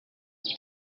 uti